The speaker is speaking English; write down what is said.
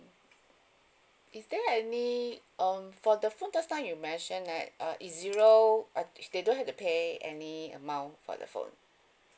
is there any um for the phone just now you mention that uh is zero uh they don't have to pay any amount for the phone